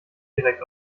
direkt